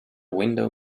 window